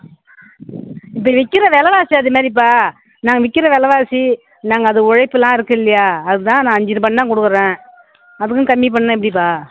இப்போ விற்கிற வெலைவாசி அது மாதிரிப்பா நாங்கள் விற்கிற வெலைவாசி நாங்கள் அது உழைப்புலாம் இருக்குது இல்லையா அதுதான் நான் அஞ்சு ரூபாய்ன்னு தான் கொடுக்குறேன் அதுவும் கம்மி பண்ணுனால் எப்படிப்பா